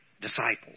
disciples